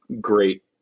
great